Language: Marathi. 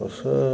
असं